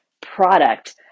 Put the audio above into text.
product